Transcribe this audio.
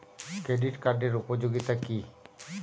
Credit কার্ডের উপযোগিতা কি?